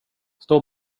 stå